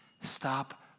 Stop